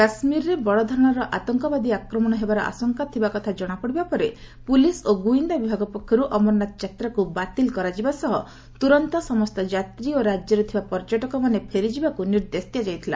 କାଶ୍ରୀରରେ ବଡ଼ଧରଣର ଆତଙ୍କବାଦୀ ଆକ୍ରମଣ ହେବାର ଆଶଙ୍କା ଥିବା କଥା ଜଣାପଡ଼ିବା ପରେ ପୁଲିସ୍ ଓ ଗୁଇନ୍ଦା ବିଭାଗ ପକ୍ଷରୁ ଅମରନାଥ ଯାତ୍ରାକୁ ବାତିଲ କରାଯିବା ସହ ତୁରନ୍ତ ସମସ୍ତ ଯାତ୍ରୀ ଓ ରାଜ୍ୟରେ ଥିବା ପର୍ଯ୍ୟଟକମାନେ ଫେରିଯିବାକୁ ନିର୍ଦ୍ଦେଶ ଦିଆଯାଇଥିଲା